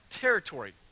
territory